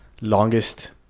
longest